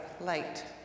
light